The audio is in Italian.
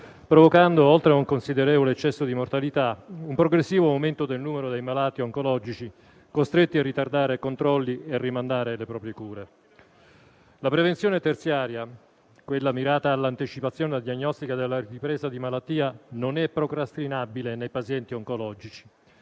provocando, oltre a un considerevole eccesso di mortalità, un progressivo aumento del numero dei malati oncologici, costretti a ritardare controlli e a rimandare le proprie cure. La prevenzione terziaria, quella mirata all'anticipazione diagnostica della ripresa di malattia, non è procrastinabile nei pazienti oncologici,